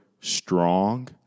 strong